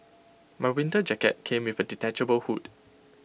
my winter jacket came with A detachable hood